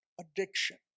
Addiction